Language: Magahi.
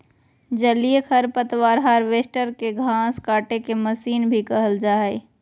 जलीय खरपतवार हार्वेस्टर, के घास काटेके मशीन भी कहल जा हई